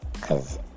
cause